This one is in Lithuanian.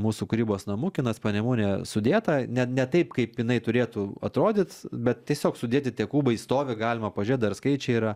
mūsų kūrybos namų kinas panemunėje sudėta ne ne taip kaip jinai turėtų atrodyt bet tiesiog sudėti tie kubai stovi galima pažiūrėt dar skaičiai yra